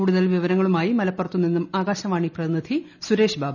കൂടുതൽ വിവരങ്ങളുമായി് മലപ്പുറത്തു നിന്നും ആകാശവാണി പ്രതിന്റിസ്റ്റി പ്സുരേഷ് ബാബു